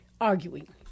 arguing